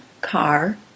car